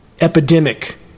Epidemic